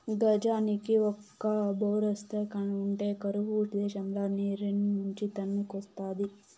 గజానికి ఒక బోరేస్తా ఉంటే కరువు దేశంల నీరేడ్నుంచి తన్నుకొస్తాది